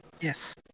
Yes